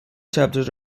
chapters